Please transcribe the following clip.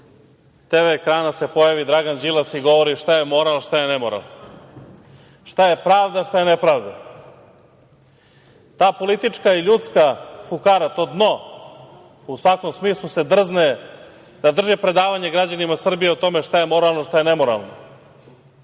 tv ekrana se pojavi Dragan Đilas i govori šta je moral, šta je nemoral i šta je pravda i šta je nepravda. Ta politička i ljudska fukara, to dno u svakom smislu se drzne da drži predavanje građanima Srbije o tome šta je moralno a šta je nemoralno.